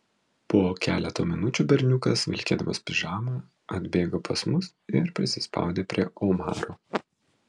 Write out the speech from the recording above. po keleto minučių berniukas vilkėdamas pižamą atbėgo pas mus ir prisispaudė prie omaro